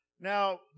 Now